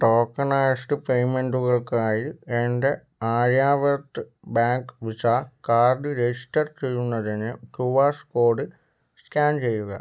tokenised പേയ്മെൻറ്റുകൾക്കായി എൻ്റെ Aryavrat bank Visa card register ചെയ്യുന്നതിന് ക്യു ആർ കോഡ് സ്കാൻ ചെയ്യുക